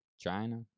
China